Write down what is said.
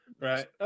right